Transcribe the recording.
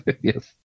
Yes